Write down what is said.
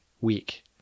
week